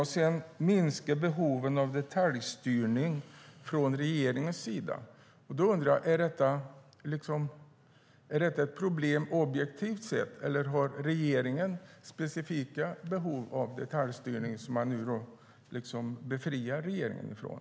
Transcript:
Sedan handlade det om att minska behoven av detaljstyrning från regeringens sida. Då undrar jag: Är detta ett problem objektivt sett, eller har regeringen specifika behov av detaljstyrning som man nu befriar regeringen från?